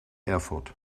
erfurt